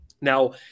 Now